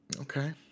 Okay